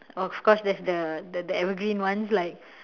of course there's the the the evergreen ones like